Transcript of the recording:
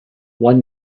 one